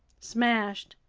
smashed,